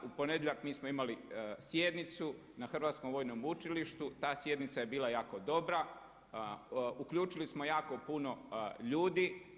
U ponedjeljak mi smo imali sjednicu na Hrvatskom vojnom učilištu, ta sjednica je bila jako dobra, uključili smo jako puno ljudi.